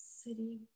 city